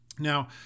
Now